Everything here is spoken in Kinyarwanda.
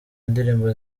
ndirimbo